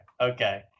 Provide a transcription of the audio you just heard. Okay